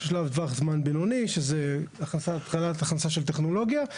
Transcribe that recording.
טווח זמן בינוני שזה התחלת הכנסה של טכנולוגיה,